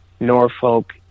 norfolk